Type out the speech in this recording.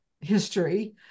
history